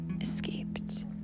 escaped